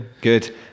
good